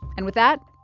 and with that,